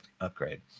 upgrade